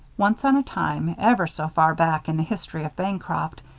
once on a time, ever so far back in the history of bancroft,